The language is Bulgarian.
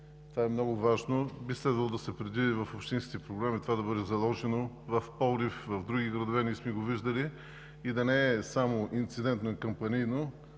Това е много важно. Би следвало да се предвиди в общинските програми и да бъде заложено – в Пловдив, в други градове сме го виждали. Да не е само инцидентно и кампанийно!